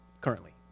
currently